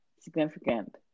significant